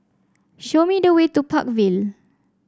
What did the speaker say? show me the way to Park Vale